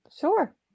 Sure